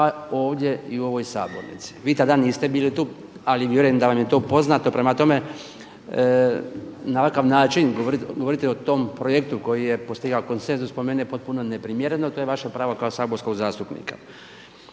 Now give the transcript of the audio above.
pa ovdje i u ovoj sabornici. Vi tada niste bili tu, ali vjerujem da vam je to poznato, prema tome na ovakav način govoriti o tom projektu koji je postigao konsenzus po meni je potpuno neprimjereno, to je vaše pravo kao saborskog zastupnika.